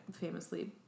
famously